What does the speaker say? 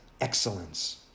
excellence